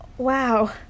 Wow